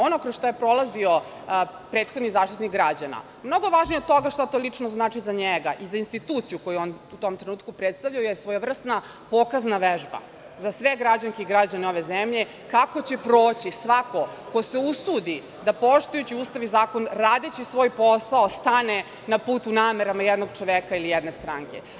Ono kroz šta je prolazio prethodni Zaštitnik građana, mnogo važnije od toga šta to lično znači za njega i za instituciju koju je on u tom trenutku predstavljao, je svojevrsna pokazna vežba za sve građanke i građane ove zemlje, kako će proći svako ko se usudi da poštujući Ustav i zakon, radeći svoj posao, stane na put namerama jednog čoveka ili jedne stranke.